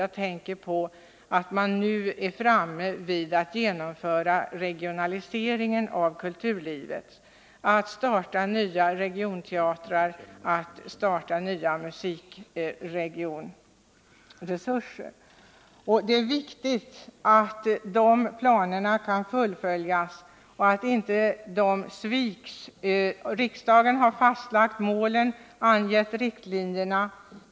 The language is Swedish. Jag tänker på att man nu är framme vid att genomföra regionaliseringen av kulturlivet, att starta nya regionteatrar, att få fram nya musikregionresurser. Det är viktigt att de planerna kan fullföljas och att de inte sviks. Riksdagen har fastlagt målen och angett riktlinjerna.